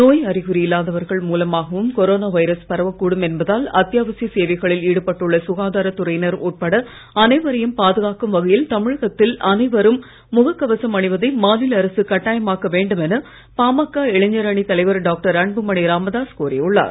நோய் அறிகுறி இல்லாதவர்கள் மூலமாகவும் கொரோனா வைரஸ் பரவக் கூடும் என்பதால் அத்தியாவசிய சேவைகளில் ஈடுபட்டுள்ள சுகாதாரத் துறையினர் உட்பட அனைவரையும் பாதுகாக்கும் வகையில் தமிழகத்தில் அனைவரும் முக கவசம் அணிவதை மாநில அரசு கட்டாயமாக்க வேண்டும் என பாமக இளைஞர் அணி தலைவர் டாக்டர் அன்புமணி ராமதாஸ் கோரியுள்ளார்